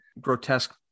grotesque